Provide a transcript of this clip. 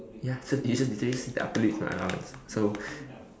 ya should be should be should be upper limit my allowance so